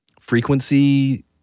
frequency